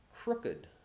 Crooked